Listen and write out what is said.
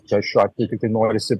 čia šiuo atveju tai norisi